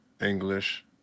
English